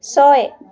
ছয়